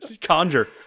conjure